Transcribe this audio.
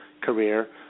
career